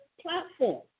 platform